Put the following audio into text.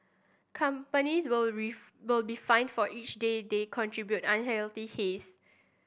companies will will be fined for each day they contribute unhealthy haze